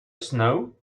snow